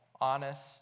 honest